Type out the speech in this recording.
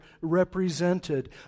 represented